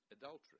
Adultery